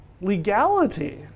legality